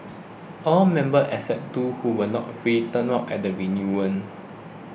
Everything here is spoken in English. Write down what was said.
all members except two who were not free turned up at the reunion